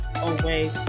away